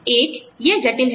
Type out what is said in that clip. एक यह जटिल है